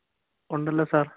ഉണ്ടല്ലോ സാർ